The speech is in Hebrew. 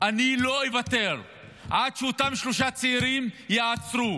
ואני לא אוותר עד שאותם שלושה צעירים ייעצרו,